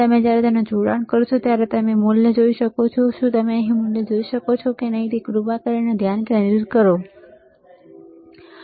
અને જ્યારે તમે તેને આ રીતે જોડાણ કરો છો ત્યારે તમે મૂલ્ય જોઈ શકો છો શું તમે અહીં મૂલ્ય જોઈ શકો છો શું તમે કૃપા કરીને અહીં ધ્યાન કેન્દ્રિત કરી શકો છો